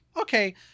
Okay